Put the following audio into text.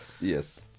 yes